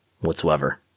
whatsoever